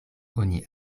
oni